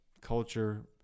culture